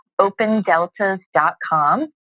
Opendeltas.com